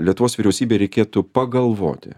lietuvos vyriausybei reikėtų pagalvoti